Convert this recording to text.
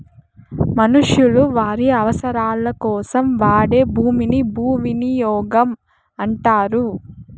మనుషులు వారి అవసరాలకోసం వాడే భూమిని భూవినియోగం అంటారు